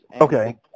okay